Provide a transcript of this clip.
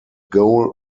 goal